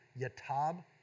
Yatab